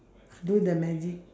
do the magic